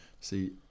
See